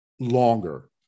longer